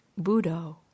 Budo